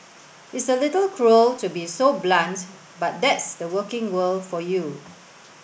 it's a little cruel to be so blunt but that's the working world for you